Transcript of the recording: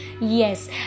Yes